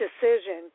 decision